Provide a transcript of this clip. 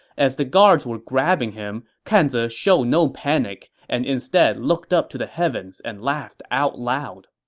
as the guards were grabbing him, kan ze showed no panic and instead looked up to the heavens and laughed out loud.